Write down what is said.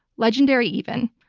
legendary even,